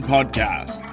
Podcast